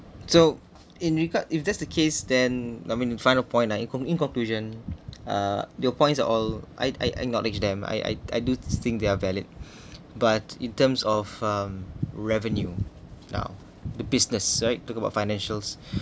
so in regard if that's the case then I mean in final point lah in con~ in conclusion uh your points are all I'd I acknowledge them I I I do think they are valid but in terms of um revenue now the business right talk about financials